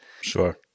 Sure